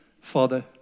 Father